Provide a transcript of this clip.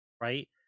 right